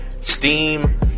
Steam